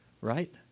right